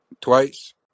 twice